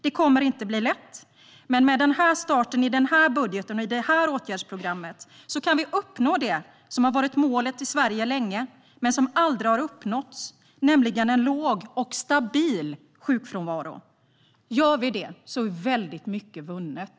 Det kommer inte att bli lätt, men med den här starten, budgeten och åtgärdsprogrammet kan vi uppnå det som länge har varit målet i Sverige, men som aldrig har uppnåtts, nämligen en låg och stabil sjukfrånvaro. Gör vi det så är väldigt mycket vunnet.